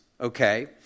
okay